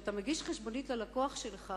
כשאתה מגיש חשבונית ללקוח שלך,